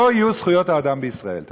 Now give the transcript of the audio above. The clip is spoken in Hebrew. לא יהיו זכויות אדם בישראל.